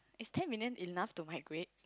is ten million enough to migrate